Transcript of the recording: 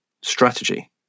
strategy